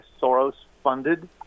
Soros-funded